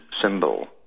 symbol